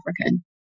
African